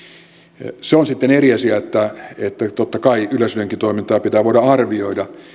ulkopuolelta puututa se on sitten eri asia että totta kai yleisradionkin toimintaa pitää voida arvioida